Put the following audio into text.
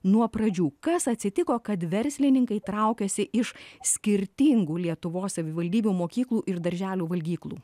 nuo pradžių kas atsitiko kad verslininkai traukiasi iš skirtingų lietuvos savivaldybių mokyklų ir darželių valgyklų